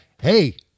hey